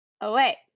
away